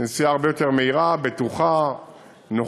וזו נסיעה הרבה יותר מהירה, בטוחה ונוחה,